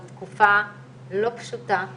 לתת להם את המשקל המתאים בדברים האלה.